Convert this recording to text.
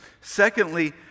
Secondly